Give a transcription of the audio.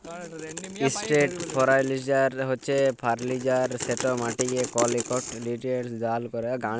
straight fertilizer হছে সে fertilizer যেট মাটিকে কল ইকট লিউটিরিয়েল্ট দাল ক্যরে